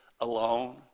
alone